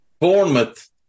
Bournemouth